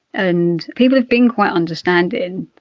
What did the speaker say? and people have been quite understanding.